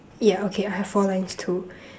yeah okay I have four lines too